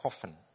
coffin